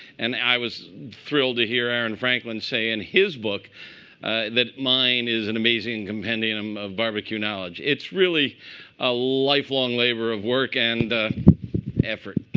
and i was thrilled to hear aaron franklin say in his book that mine is an amazing compendium of barbecue knowledge. it's really a lifelong labor of work and effort.